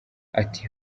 ati